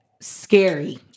scary